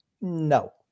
No